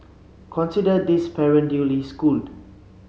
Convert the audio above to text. consider this parent duly schooled